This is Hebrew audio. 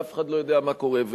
ואף אחד לא יודע מה קורה.